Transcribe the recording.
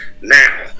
now